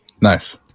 nice